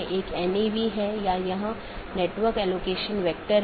एक अन्य अवधारणा है जिसे BGP कंफेडेरशन कहा जाता है